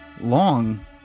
long